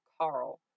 Carl